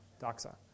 Doxa